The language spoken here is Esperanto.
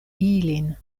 ilin